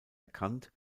erkannt